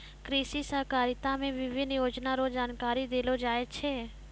कृषि सहकारिता मे विभिन्न योजना रो जानकारी देलो जाय छै